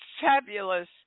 fabulous